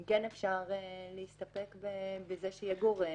אם כן אפשר להסתפק בזה שיהיה גורם,